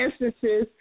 instances